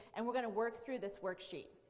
and we're going to work through this worksheet.